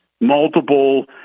multiple